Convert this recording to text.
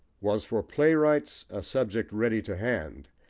was for playwrights a subject ready to hand,